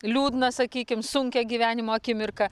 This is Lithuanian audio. liūdną sakykim sunkią gyvenimo akimirką